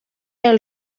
del